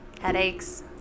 Headaches